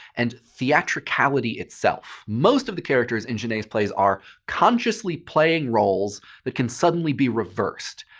and theatricality itself most of the characters in genet's plays are consciously playing roles that can suddenly be reversed.